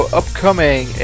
upcoming